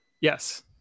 Yes